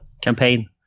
campaign